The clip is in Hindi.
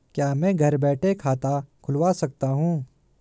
क्या मैं घर बैठे खाता खुलवा सकता हूँ?